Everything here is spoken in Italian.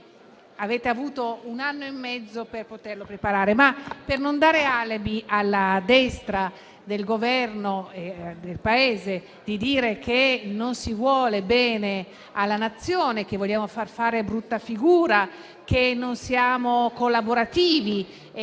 avete avuto un anno e mezzo per poterlo preparare. Per non dare però alibi alla destra del Governo del Paese di dire che non si vuole bene alla Nazione; che vogliamo farle fare brutta figura; che non siamo collaborativi